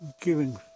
giving